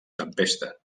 tempesta